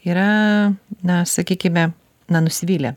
yra na sakykime na nusivylę